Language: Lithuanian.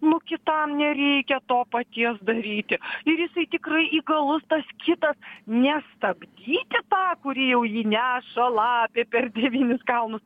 nu kitam nereikia to paties daryti ir jisai tikrai įgalus tas kitas nestabdyti tą kurį jau jį neša lapė per devynis kalnus